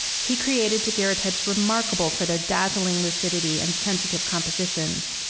he created daguerreotypes remarkable for their dazzling lucidity and sensitive compositions.